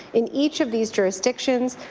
in each of these jurisdictions,